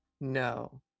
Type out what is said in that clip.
No